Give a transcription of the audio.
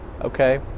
okay